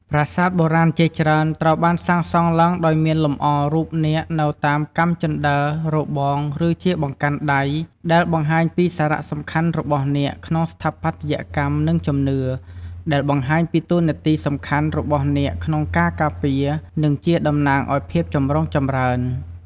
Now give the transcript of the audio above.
ប្រាសាទបុរាណជាច្រើនត្រូវបានសាងសង់ឡើងដោយមានលម្អរូបនាគនៅតាមកាំជណ្ដើរ របង ឬជាបង្កាន់ដៃ ដែលបង្ហាញពីសារៈសំខាន់របស់នាគក្នុងស្ថាបត្យកម្ម និងជំនឿ ដែលបង្ហាញពីតួនាទីសំខាន់របស់នាគក្នុងការការពារ និងជាតំណាងឱ្យភាពចម្រុងចម្រើន។